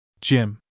Jim